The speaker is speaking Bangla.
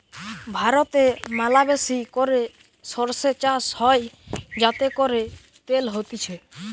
ভারতে ম্যালাবেশি করে সরষে চাষ হয় যাতে করে তেল হতিছে